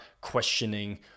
questioning